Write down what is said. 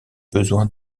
besoins